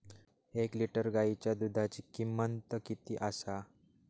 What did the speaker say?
एक लिटर गायीच्या दुधाची किमंत किती आसा?